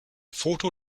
foto